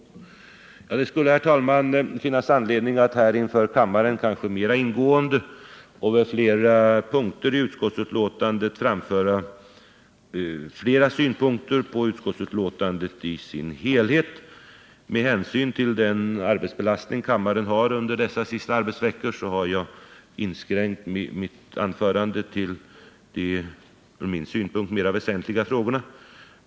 Jag yrkar bifall till reservationen 21. Det skulle, herr talman, finnas anledning att här inför kammaren kanske mera ingående och vid flera punkter i utskottsbetänkandet framföra ytterligare synpunkter på betänkandet i dess helhet. Med hänsyn till den arbetsbelastning kammaren har under dessa sista arbetsveckor har jag dock inskränkt mitt anförande till de ur min synpunkt mera väsentliga frågorna.